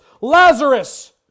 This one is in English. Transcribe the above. Lazarus